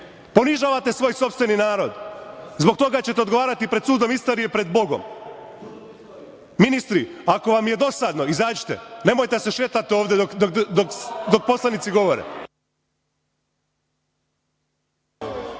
Ponižavate svoj sopstveni narod. Zbog toga ćete odgovarati pred sudom istorije i pred Bogom. Ministri, ako vam je dosadno, izađite, nemojte da se šetate ovde dok poslanici govore.